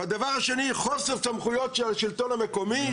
והדבר השני, חוסר סמכויות של השלטון המקומי.